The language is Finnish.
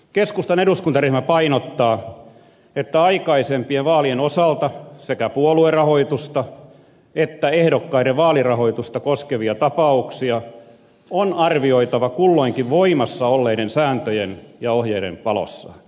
keskustan eduskuntaryhmä painottaa että aikaisempien vaalien osalta sekä puoluerahoitusta että ehdokkaiden vaalirahoitusta koskevia tapauksia on arvioitava kulloinkin voimassa olleiden sääntöjen ja ohjeiden valossa